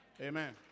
Amen